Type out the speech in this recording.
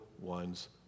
one's